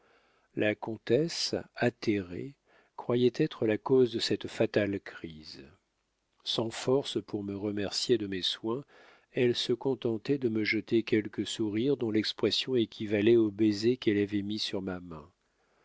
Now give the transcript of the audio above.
la comtesse atterrée croyait être la cause de cette fatale crise sans force pour me remercier de mes soins elle se contentait de me jeter quelques sourires dont l'expression équivalait au baiser qu'elle avait mis sur ma main